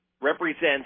represents